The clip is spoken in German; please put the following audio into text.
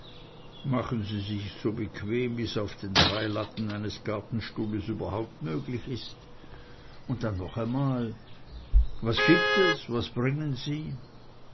machen sie sich's so bequem wie's auf den drei latten eines gartenstuhls überhaupt möglich ist und dann noch einmal was gibt es was bringen sie